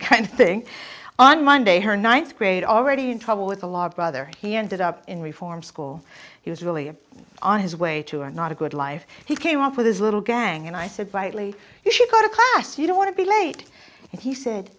kind of thing on monday her ninth grade already in trouble with the law brother he ended up in reform school he was really on his way to our not a good life he came up with his little gang and i said brightly if you go to class you don't want to be late and he said